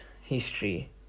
history